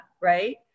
right